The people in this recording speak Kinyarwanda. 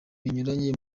binyuranye